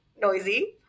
noisy